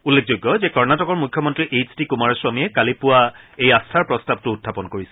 উল্লেখযোগ্য যে কৰ্ণাটকৰ মুখ্যমন্ত্ৰী এইচ ডি কুমাৰস্বামীয়ে কালি পুৱা এই আস্থাৰ প্ৰস্তাৱটো উখাপন কৰিছিল